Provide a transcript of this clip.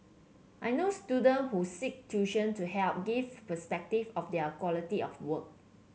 I know student who seek tuition to help give perspective of their quality of work